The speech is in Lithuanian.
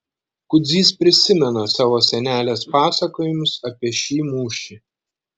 kudzys prisimena savo senelės pasakojimus apie šį mūšį